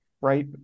right